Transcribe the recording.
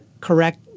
correct